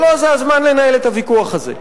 אבל לא זה הזמן לנהל את הוויכוח הזה.